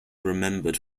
remembered